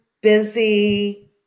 busy